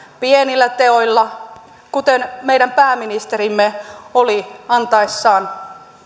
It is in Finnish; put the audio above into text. pienillä teoilla kuten meidän pääministerimme oli antaessaan